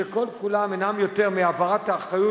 שכל כולם אינם יותר מהעברת האחריות